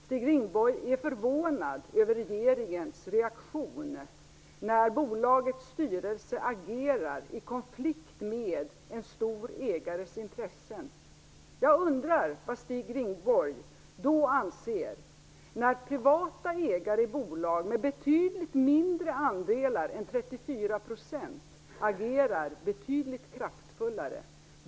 Stig Rindborg är förvånad över regeringens reaktion när bolagets styrelse agerar i konflikt med en stor ägares intressen. Jag undrar vad Stig Rindborg då anser när privata ägare i bolag med betydligt mindre andelar än 34 % agerar betydligt kraftfullare.